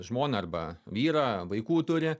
žmoną arba vyrą vaikų turi